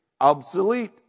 obsolete